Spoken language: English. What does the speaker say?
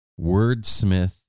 wordsmith